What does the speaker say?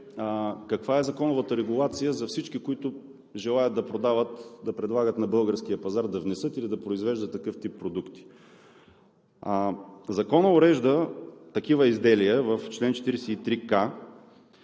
каква е законовата регулация за всички, които желаят да предлагат на българския пазар, да внесат или да произвеждат такъв тип продукти. Законът урежда такива изделия в чл. 43к,